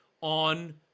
on